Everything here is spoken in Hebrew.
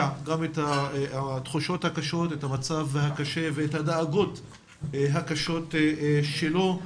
גם את התחושות הקשות למצב הקשה ואת הדאגות הקשות שלו.